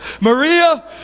Maria